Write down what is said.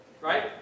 Right